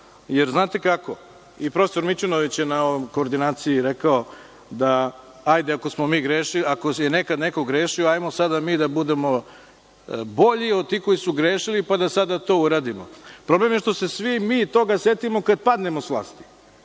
jer znate kako, i profesor Mićunović je na koordinaciji rekao da hajde ako je nekada neko grešio, hajmo sada mi da budemo bolji od tih koji su grešili pa da sada to uradimo. Problem je što se svi mi toga setimo kada padnemo sa vlasti,